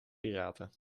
piraten